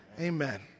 Amen